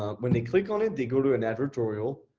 ah when they click on it, they go to an advertorial,